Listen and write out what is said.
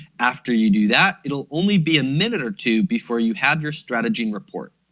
after you do that it'll only be a minute or two before you have your strategene report.